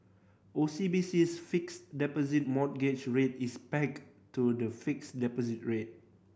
O C B C's Fixed Deposit Mortgage Rate is pegged to the fixed deposit rate